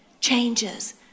changes